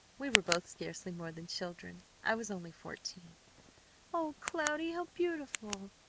we were both scarcely more than children. i was only fourteen o cloudy! how beautiful!